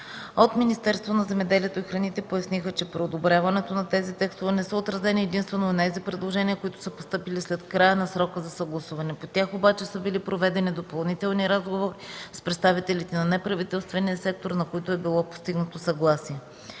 От Министерството на земеделието и храните поясниха, че при одобряването на тези текстове не са отразени единствено онези предложенията, които са постъпили след края на срока за съгласуване. По тях обаче са били проведени допълнителни разговори с представителите на неправителствения сектор, на които е било постигнато съгласие.